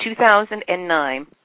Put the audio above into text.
2009